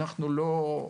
אנחנו לא,